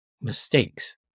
mistakes